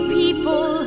people